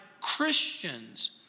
Christians